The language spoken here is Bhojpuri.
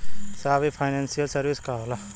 साहब इ फानेंसइयल सर्विस का होला?